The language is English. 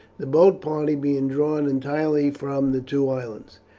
the boat party being drawn entirely from the two islands.